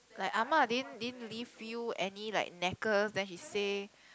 like ah ma didn't didn't leave you any like necklace then she say